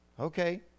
Okay